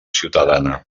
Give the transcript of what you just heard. ciutadana